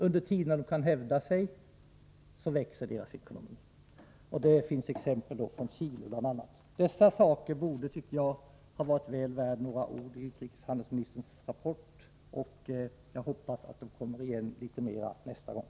Under tider då de kan hävda sig stärks deras ekonomi. Det finns exempel härpå bl.a. från Chile. Dessa frågor hade varit väl värda några ord i utrikeshandelsministerns rapport, och jag hoppas att de kommer med nästa gång.